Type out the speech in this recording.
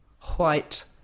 white